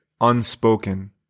unspoken